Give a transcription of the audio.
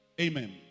Amen